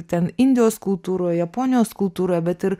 ten indijos kultūroje japonijos kultūroje bet ir